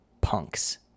punks